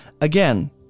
Again